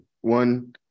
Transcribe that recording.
one